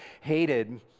hated